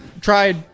tried